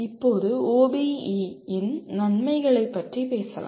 இப்போது OBE இன் நன்மைகளைப் பற்றி பேசலாம்